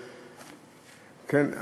כן,